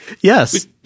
yes